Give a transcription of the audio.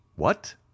What